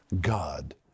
God